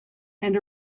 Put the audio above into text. and